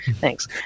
thanks